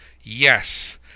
Yes